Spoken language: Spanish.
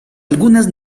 algunas